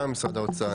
בבקשה משרד האוצר,